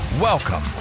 Welcome